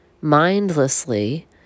mindlessly